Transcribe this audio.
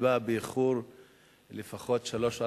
היא באה באיחור של לפחות שלוש,